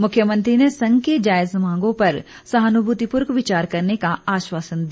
मुख्यमंत्री ने संघ की जायज मांगों पर सहानुभूति पूर्वक विचार करने का आश्वासन दिया